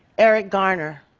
eric garner.